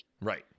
Right